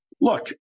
Look